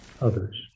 others